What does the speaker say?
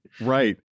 Right